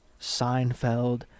Seinfeld